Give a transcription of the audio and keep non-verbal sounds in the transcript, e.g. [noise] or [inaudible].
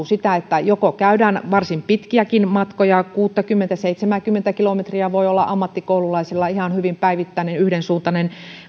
[unintelligible] sitä että joko kuljetaan varsin pitkiäkin matkoja kuusikymmentä viiva seitsemänkymmentä kilometriä voi olla ammattikoululaisella ihan hyvin päivittäinen yhdensuuntainen